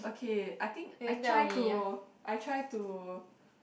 okay I think I try to I try to